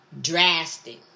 drastic